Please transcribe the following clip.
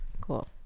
Cool